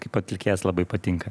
kaip atlikėjas labai patinka